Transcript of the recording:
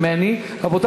רבותי,